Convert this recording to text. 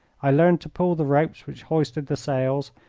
i learned to pull the ropes which hoisted the sails,